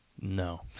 No